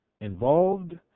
Involved